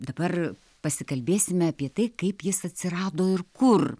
dabar pasikalbėsime apie tai kaip jis atsirado ir kur